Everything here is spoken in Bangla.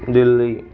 দিল্লি